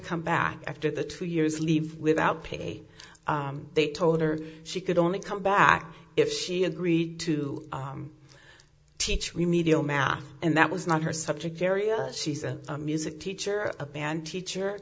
come back after the two years leave without pay they told her she could only come back if she agreed to teach me media math and that was not her subject area she's a music teacher a band teacher